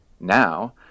now